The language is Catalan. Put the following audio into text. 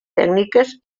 tècniques